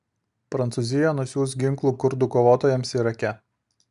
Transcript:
prancūzija nusiųs ginklų kurdų kovotojams irake